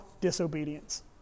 Disobedience